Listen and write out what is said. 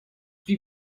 wie